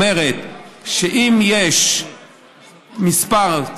אומרת שאם יש מספר,